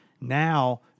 now